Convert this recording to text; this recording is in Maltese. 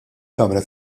kamra